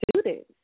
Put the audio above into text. Students